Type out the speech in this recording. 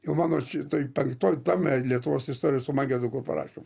jau mano šitoj penktam tome lietuvos istorijos su mangirdu kur parašėm